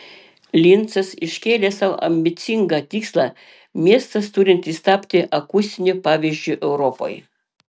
lincas iškėlė sau ambicingą tikslą miestas turintis tapti akustiniu pavyzdžiu europai